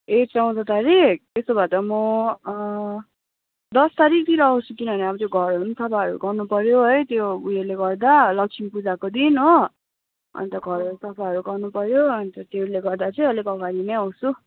ए चौध तारिख त्यसो भए त म दस तारिखतिर आउँछु किनभने त्यो घरहरू पनि सफाहरू गर्नुपऱ्यो है त्यो उयोले गर्दा लक्ष्मी पूजाको दिन हो अन्त घरहरू सफाहरू गर्नुपऱ्यो अन्त त्यसले गर्दा चाहिँ अलिक अगाडि नै आउँछु